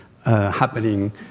Happening